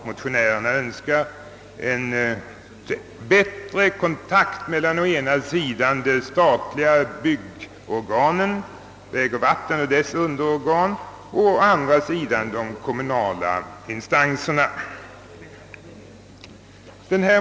Motionärerna önskar sålunda en bättre kontakt mellan å ena sidan det statliga byggorganet, vägoch vattenbyggnadsstyrelsen och dess underorgan, och å andra sidan de kommunala instanserna.